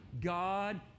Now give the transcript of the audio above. God